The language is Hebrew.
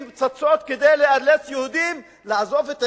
פצצות כדי לאלץ יהודים לעזוב את עירק.